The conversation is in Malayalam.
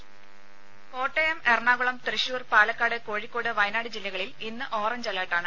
വോയ്സ് രുമ കോട്ടയം എറണാകുളം തൃശൂർ പാലക്കാട് കോഴിക്കോട് വയനാട് ജില്ലകളിൽ ഇന്ന് ഓറഞ്ച് അലർട്ടാണ്